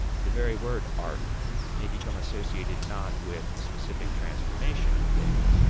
the very word art may become associated not with specific transformation of things,